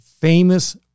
famous